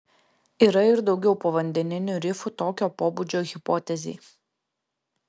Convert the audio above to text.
yra ir daugiau povandeninių rifų tokio pobūdžio hipotezei